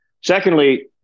Secondly